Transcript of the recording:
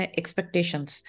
expectations